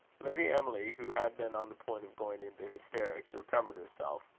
lady emily, who had been on the point of going into hysterics, recovered herself,